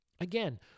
Again